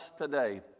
today